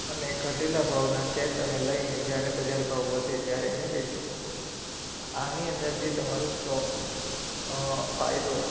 અને ઘટેલા ભાવના શેર તમે લઈને જ્યારે બજાર ભાવ વધે ત્યારે એને વેચી શકો છો એની અંદર જે તમારો પ્રો ફાયદો